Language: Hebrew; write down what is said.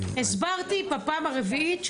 הסברתי בפעם הרביעית,